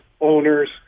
owners